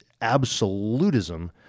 absolutism